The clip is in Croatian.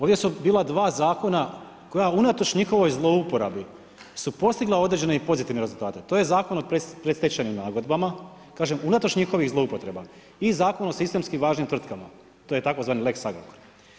Ovdje su bila dva zakona koja unatoč njihovoj zlouporabi su postigla određene i pozitivne rezultate, to je Zakon o predstečajnim nagodbama, kažem unatoč njihovim zloupotrebama i Zakon o sistemski važnim tvrtkama, to je tzv. lex Agrokor.